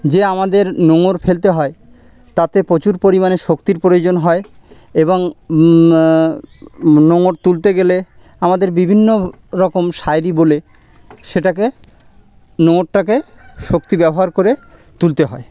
যে আমাদের নোঙর ফেলতে হয় তাতে প্রচুর পরিমাণে শক্তির প্রয়োজন হয় এবং নোঙর তুলতে গেলে আমাদের বিভিন্ন রকম শায়েরি বলে সেটাকে নোঙরটাকে শক্তি ব্যবহার করে তুলতে হয়